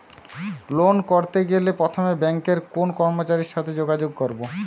Loan করতে গেলে প্রথমে ব্যাঙ্কের কোন কর্মচারীর সাথে যোগাযোগ করব?